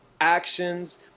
actions